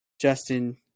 Justin